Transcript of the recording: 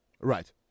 Right